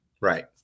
Right